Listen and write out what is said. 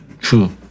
true